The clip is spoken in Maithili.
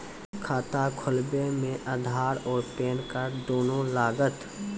खाता खोलबे मे आधार और पेन कार्ड दोनों लागत?